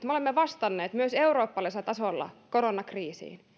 että me olemme vastanneet myös eurooppalaisella tasolla koronakriisiin